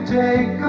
take